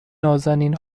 نــازنین